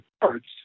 parts